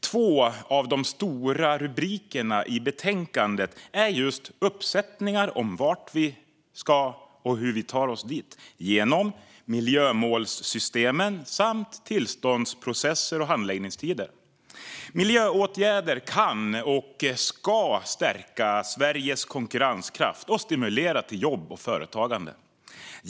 Två av de stora rubrikerna i betänkandet är just uppsättningar för vart vi ska och hur vi tar oss dit: genom miljömålssystemen samt tillståndsprocesser och handläggningstider. Miljöåtgärder kan och ska stärka Sveriges konkurrenskraft och stimulera till jobb och företagande.